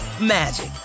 magic